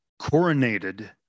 coronated